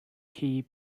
key